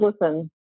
Listen